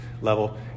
level